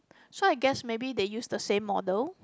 so I guess maybe they use the same model